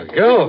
go